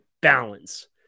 balance